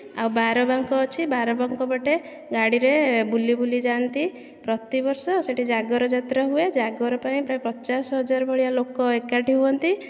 ଆଉ ବାରବାଙ୍କ ଅଛି ବାରବାଙ୍କ ପଟେ ଗାଡ଼ିରେ ବୁଲିବୁଲି ଯାନ୍ତି ପ୍ରତିବର୍ଷ ସେଇଠି ଜାଗର ଯାତ୍ରା ହୁଏ ଜାଗର ପାଇଁ ପ୍ରାୟ ପଚାଶ ହଜାର ଭଳିଆ ଲୋକ ଏକାଠି ହୁଅନ୍ତି